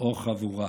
או חבורה.